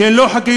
שהן לא חוקיות,